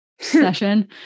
session